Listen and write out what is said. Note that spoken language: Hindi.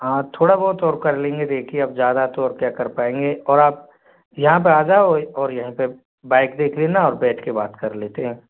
हाँ थोड़ा बहुत और कर लेंगे देखिए अब ज़्यादा तो और क्या कर पाएंगे और आप यहाँ पर आ जाओ और यहीं पर बाइक देख लेना और बैठ कर बात कर लेते हैं